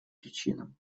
причинам